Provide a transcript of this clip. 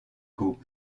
group